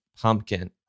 pumpkin